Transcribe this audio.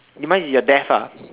demise is your death lah